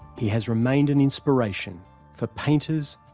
he has remained an inspiration for painters,